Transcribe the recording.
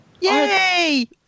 Yay